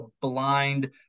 blind